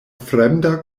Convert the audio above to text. fremda